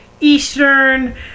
Eastern